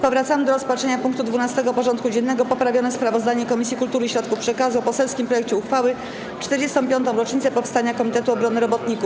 Powracamy do rozpatrzenia punktu 12. porządku dziennego: Poprawione sprawozdanie Komisji Kultury i Środków Przekazu o poselskim projekcie uchwały w 45. rocznicę powstania Komitetu Obrony Robotników.